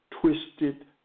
twisted